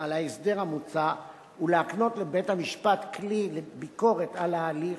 על ההסדר המוצע ולהקנות לבית-המשפט כלי לביקורת על ההליך,